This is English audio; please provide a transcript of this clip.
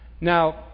Now